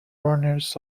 runners